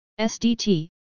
SDT